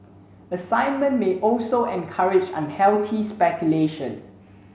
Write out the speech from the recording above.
assignment may also encourage unhealthy speculation